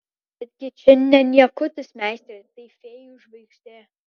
betgi čia ne niekutis meistre tai fėjų žvaigždė